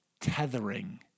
tethering